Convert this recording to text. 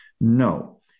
No